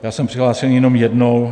Já jsem přihlášený jenom jednou.